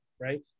right